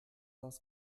das